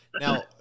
Now